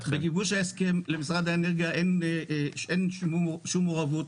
בגיבוש ההסכם למשרד האנרגיה אין שום מעורבות.